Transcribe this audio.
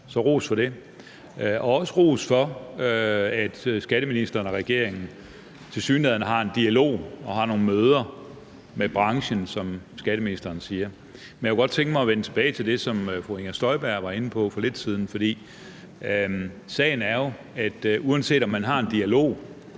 så ros for det. Også ros for, at skatteministeren og regeringen tilsyneladende har en dialog og har nogle møder med branchen, som skatteministeren siger. Men jeg kunne godt tænke mig at vende tilbage til det, som fru Inger Støjberg var inde på for lidt siden, for sagen er jo, at uanset om man har en dialog,